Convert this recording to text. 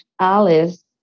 Alice